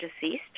deceased